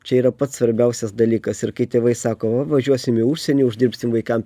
čia yra pats svarbiausias dalykas ir kai tėvai sako važiuosim į užsienį uždirbsim vaikam